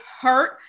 hurt